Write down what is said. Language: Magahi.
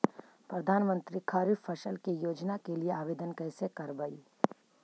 प्रधानमंत्री खारिफ फ़सल योजना के लिए आवेदन कैसे करबइ?